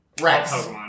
Rex